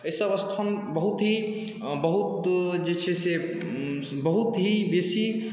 एहिसब स्थान बहुत ही बहुत जे छै से बहुत ही बेसी